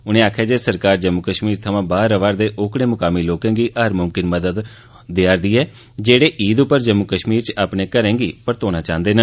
उनें आखेआ जे सरकार जम्मू कश्मीर थमां बाहर रवा'रदे ओकड़े मुकामी लोकें गी हर मुमकिन मदाद उपलब्य करोआ'रदी ऐ जेह्डे ईद पर जम्मू कश्मीर च अपने घरें गी परतोना चांहदे न